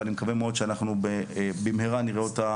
ואני מקווה מאוד שאנחנו במהרה נראה אותה